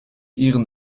ihren